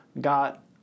got